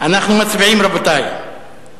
אנחנו מצביעים, רבותי.